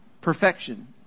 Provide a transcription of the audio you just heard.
perfection